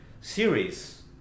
series